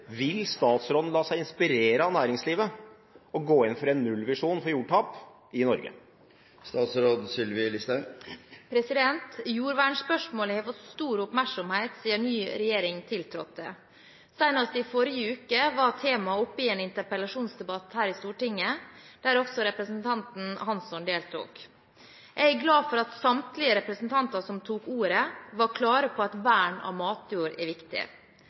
Vil statsråden la seg inspirere og gå inn for en nullvisjon for jordtap i Norge?» Jordvernspørsmålet har fått stor oppmerksomhet siden ny regjering tiltrådte. Senest i forrige uke var temaet oppe i en interpellasjonsdebatt her i Stortinget, der også representanten Hansson deltok. Jeg er glad for at samtlige representanter som tok ordet, var klare på at vern av matjord er viktig.